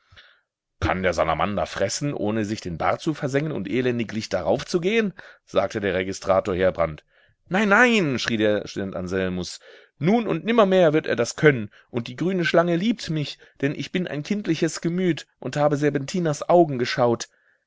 kann der salamander fressen ohne sich den bart zu versengen und elendiglich daraufzugehen sagte der registrator heerbrand nein nein schrie der student anselmus nun und nimmermehr wird er das können und die grüne schlange liebt mich denn ich bin ein kindliches gemüt und habe serpentinas augen geschaut